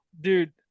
dude